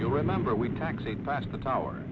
you remember we taxied past the tower